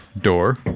door